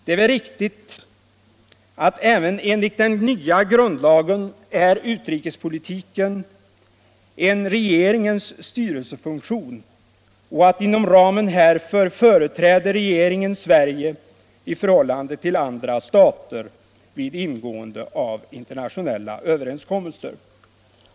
Det är väl riktigt att även enligt den nya grundlagen utrikespolitiken är en regeringens styrelsefunktion och att därför regeringen företräder Sverige i förhållande till andra stater vid ingående av internationella överenskommelser.